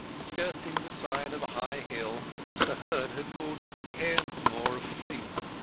skirting the side of a high hill which the herd had called cairnsmore of fleet.